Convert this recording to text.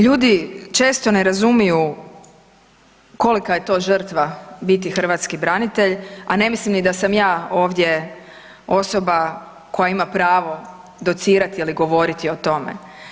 Ljudi često ne razumiju kolika je to žrtva biti hrvatski branitelj, a ne mislim ni da sam ja ovdje osoba koja ima pravo docirati ili govoriti o tome.